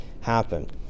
happen